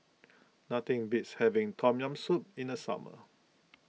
nothing beats having Tom Yam Soup in the summer